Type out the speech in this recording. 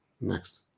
next